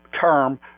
term